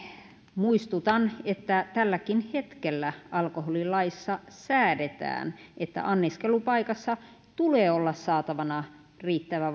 muistutan että tälläkin hetkellä alkoholilaissa säädetään että anniskelupaikassa tulee olla saatavana riittävä